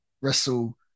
wrestle